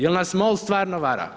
Jel nas MOL stvarno vara?